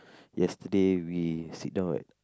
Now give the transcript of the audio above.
yesterday we sit down at